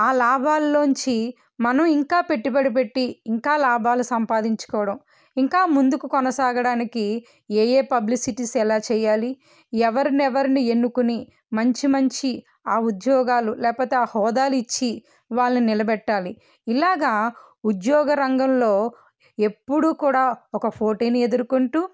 ఆ లాభాల్లోంచి మనం ఇంకా పెట్టుబడి పెట్టి ఇంకా లాభాలు సంపాదించుకోవడం ఇంకా ముందుకు కొనసాగడానికి ఏఏ పబ్లిసిటీస్ ఎలా చేయాలి ఎవర్ని ఎవర్ని ఎన్నుకొని మంచి మంచి ఆ ఉద్యోగాలు లేకపోతే ఆ హోదా ఇచ్చి వాళ్ళని నిలబెట్టాలి ఇలాగా ఉద్యోగ రంగంలో ఎప్పుడు కూడా ఒక పోటీని ఎదురుకుంటూ